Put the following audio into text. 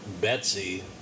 Betsy